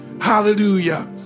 Hallelujah